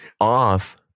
off